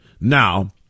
now